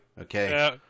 okay